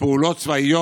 בפעולות צבאיות